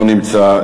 לא נמצא.